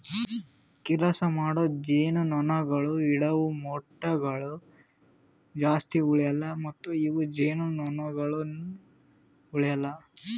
ಕೆಲಸ ಮಾಡೋ ಜೇನುನೊಣಗೊಳ್ ಇಡವು ಮೊಟ್ಟಗೊಳ್ ಜಾಸ್ತಿ ಉಳೆಲ್ಲ ಮತ್ತ ಇವು ಜೇನುನೊಣಗೊಳನು ಉಳೆಲ್ಲ